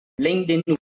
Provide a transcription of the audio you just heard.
LinkedIn